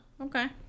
Okay